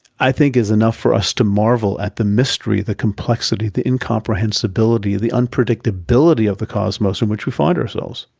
i think is enough for us to marvel at the mystery, the complexity, the incomprehensibility, the unpredictability of the cosmos in which we find ourselves.